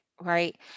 right